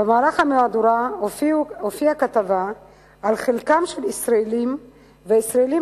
במהלך המהדורה הופיעה כתבה על חלקם של ישראלים וישראלים